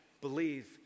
believe